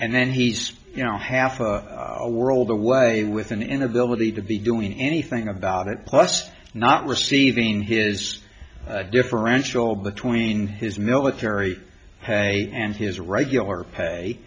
and then he's you know half a world away with an inability to be doing anything about it plus not receiving his differential between his military pay and his regular pay